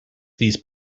these